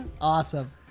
Awesome